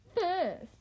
First